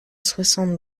soixante